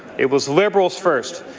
it was liberals first.